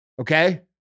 Okay